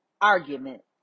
argument